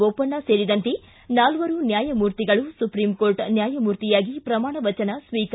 ಬೋಪಣ್ಣ ಸೇರಿದಂತೆ ನಾಲ್ವರು ನ್ಯಾಯಮೂರ್ತಿಗಳು ಸುಪ್ರೀಂ ಕೋರ್ಟ್ ನ್ವಾಯಮೂರ್ತಿಯಾಗಿ ಪ್ರಮಾಣ ವಜನ ಸ್ವೀಕಾರ